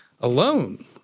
alone